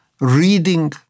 reading